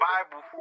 Bible